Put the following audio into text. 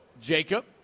Jacob